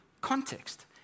context